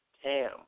ham